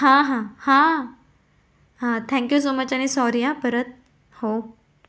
हां हां हां हां थँक्यू सो मच आणि सॉरी हा परत हो